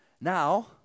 Now